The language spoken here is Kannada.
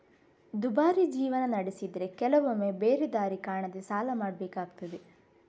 ದುಬಾರಿ ಜೀವನ ನಡೆಸಿದ್ರೆ ಕೆಲವೊಮ್ಮೆ ಬೇರೆ ದಾರಿ ಕಾಣದೇ ಸಾಲ ಮಾಡ್ಬೇಕಾಗ್ತದೆ